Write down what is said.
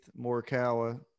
Morikawa